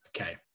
okay